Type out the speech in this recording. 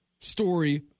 Story